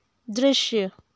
दृश्य